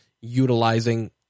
utilizing